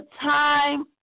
time